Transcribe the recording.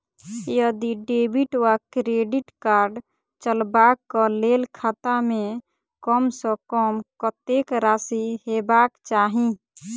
यदि डेबिट वा credit card चलबाक कऽ लेल खाता मे कम सऽ कम कत्तेक राशि हेबाक चाहि?